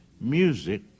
Music